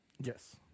Yes